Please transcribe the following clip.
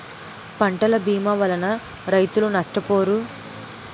పంటల భీమా వలన రైతులు నష్టపోరు